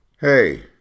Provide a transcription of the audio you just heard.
Hey